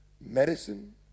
medicine